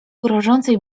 grożącej